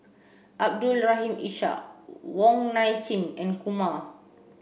Abdul Rahim Ishak Wong Nai Chin and Kumar